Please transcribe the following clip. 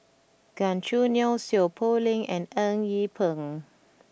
Gan Choo Neo Seow Poh Leng and Eng Yee Peng